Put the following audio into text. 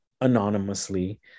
anonymously